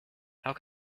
how